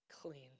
clean